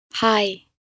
Hi